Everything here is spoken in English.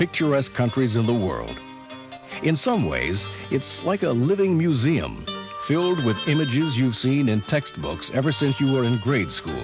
picturesque countries in the world in some ways it's like a living museum filled with images you've seen in textbooks ever since you were in grade school